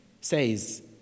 says